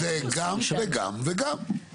זה גם וגם וגם.